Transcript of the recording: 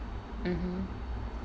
mmhmm